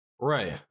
Right